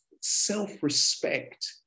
self-respect